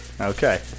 Okay